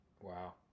Wow